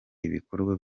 ibikorwa